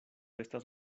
estas